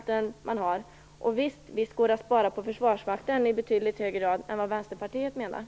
Visst går det att spara på Försvarsmakten i betydligt högre grad än vad Vänsterpartiet anser.